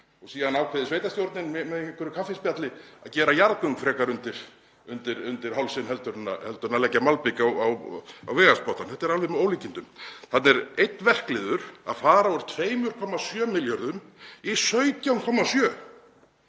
og síðan ákveði sveitarstjórnin í einhverju kaffispjalli að gera frekar jarðgöng undir hálsinn en að leggja malbik á vegarspottann. Þetta er alveg með ólíkindum. Þarna er einn verkliður að fara úr 2,7 milljörðum í 17,7